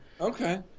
Okay